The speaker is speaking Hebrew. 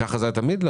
ככה זה היה תמיד?